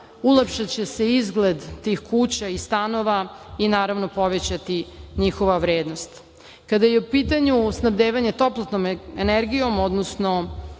ulepšaće se izgled tih kuća i stanova i, naravno, povećati njihova vrednost. Kada je u pitanju snabdevanje toplotnom energijom, odnosno